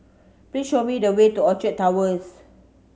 please show me the way to Orchard Towers